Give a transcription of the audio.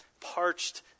parched